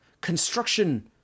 construction